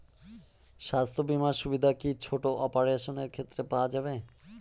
স্বাস্থ্য বীমার সুবিধে কি ছোট অপারেশনের ক্ষেত্রে পাওয়া যাবে?